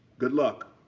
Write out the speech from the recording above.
good luck.